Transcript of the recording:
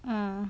mm